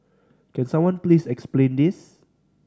can someone please explain this